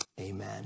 amen